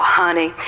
honey